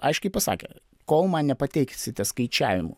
aiškiai pasakė kol man nepateiksite skaičiavimų